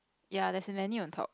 ya there's a menu on top